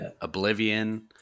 Oblivion